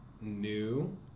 new